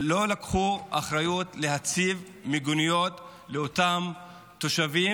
לא לקחו אחריות להציב מיגוניות לאותם תושבים,